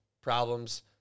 problems